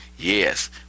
Yes